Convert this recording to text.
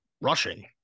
Rushing